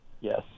Yes